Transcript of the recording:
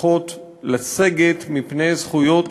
צריכות לסגת מפני זכויות